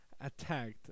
attacked